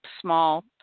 small